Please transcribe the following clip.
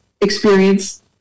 experience